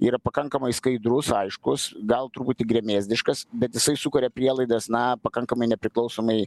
yra pakankamai skaidrus aiškus gal truputį gremėzdiškas bet jisai sukuria prielaidas na pakankamai nepriklausomai